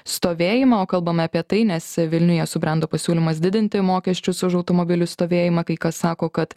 stovėjimą o kalbam apie tai nes vilniuje subrendo pasiūlymas didinti mokesčius už automobilių stovėjimą kai kas sako kad